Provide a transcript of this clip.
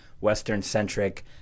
Western-centric